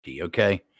okay